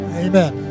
amen